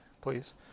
please